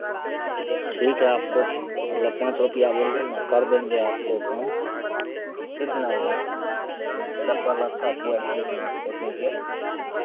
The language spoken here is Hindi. ठीक है आपको मतलब पाँच रुपैया बोले ना कर देंगे आपको कम कितना चप्पल अच्छा क्वालिटी में आपको देंगे